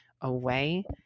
away